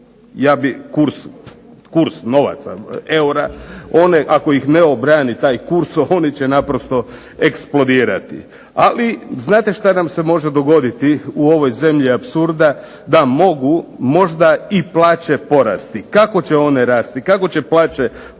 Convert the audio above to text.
obrani kurs novca eura, on ako ne obrani taj kurs oni će naprosto eksplodirati. Ali znate što nam se može dogoditi u ovoj zemlji apsurda? Da mogu možda i plaće porasti. Kako će one rasti? Kako će plaće